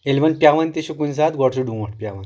ییٚلہِ وۄنۍ پٮ۪وان تہِ چھُ کُنہِ ساتہٕ گۄڈٕ چھُ ڈوٹھ پٮ۪وان